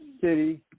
City